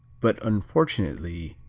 but, unfortunately,